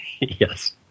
yes